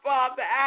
Father